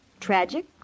Tragic